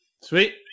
Sweet